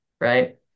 right